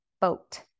boat